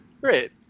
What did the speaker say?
Great